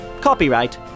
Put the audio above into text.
Copyright